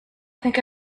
think